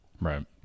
right